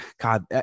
god